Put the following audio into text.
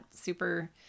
super